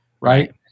Right